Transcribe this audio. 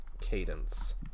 cadence